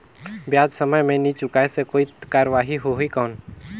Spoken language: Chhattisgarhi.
ब्याज समय मे नी चुकाय से कोई कार्रवाही होही कौन?